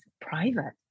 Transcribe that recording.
private